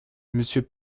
monsieur